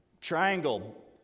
triangle